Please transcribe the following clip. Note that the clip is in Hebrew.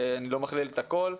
אני לא מכליל את הכול,